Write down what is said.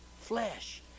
Flesh